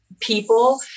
people